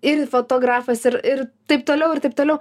ir fotografas ir ir taip toliau ir taip toliau